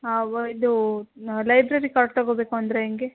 ಹಾಂ ಓ ಇದು ಲೈಬ್ರರಿ ಕಾರ್ಡ್ ತೊಗೊಬೇಕು ಅಂದರೆ ಹೆಂಗೆ